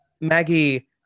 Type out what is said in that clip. Maggie